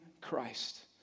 Christ